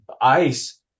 ICE